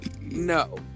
No